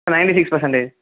ninety six percentage